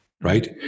right